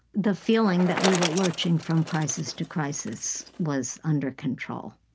the feeling that we were lurching from crisis to crisis was under control,